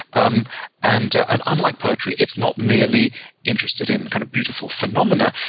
um and ah and unlike poetry, it's not merely interested in kind of beautiful phenomena.